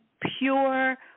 pure